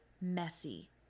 messy